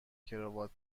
کراوات